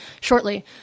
shortly